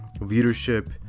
leadership